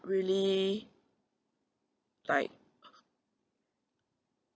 really like